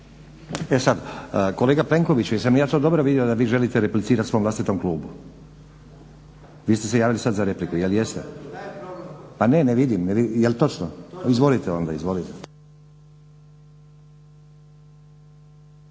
E sad, kolega Plenkoviću jesam ja to dobro vidio da vi želite replicirati svom vlastitom klubu? Vi ste se javili sad za repliku, jel jeste? Ne, ne vidim, jel točno? **Plenković,